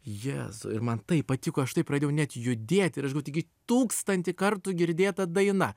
jėzau ir man taip patiko aš taip pradėjau net judėt ir aš galvoju taigi tūkstantį kartų girdėta daina